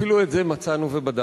אפילו את זה מצאנו ובדקנו.